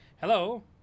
Hello